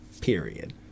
Period